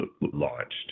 launched